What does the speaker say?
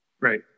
Right